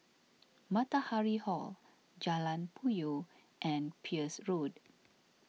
Matahari Hall Jalan Puyoh and Peirce Road